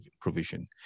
provision